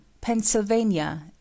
Pennsylvania